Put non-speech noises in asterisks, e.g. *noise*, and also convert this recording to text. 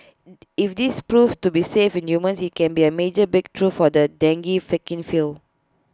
*hesitation* if this proves to be safe in humans IT can be A major breakthrough for the dengue vaccine field